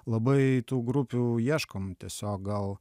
labai tų grupių ieškom tiesiog gal